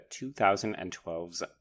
2012's